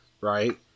right